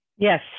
Yes